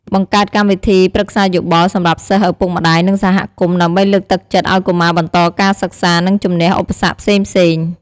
បង្កើតកម្មវិធីប្រឹក្សាយោបល់សម្រាប់សិស្ស ឪពុកម្តាយ និងសហគមន៍ ដើម្បីលើកទឹកចិត្តឱ្យកុមារបន្តការសិក្សា និងជម្នះឧបសគ្គផ្សេងៗ។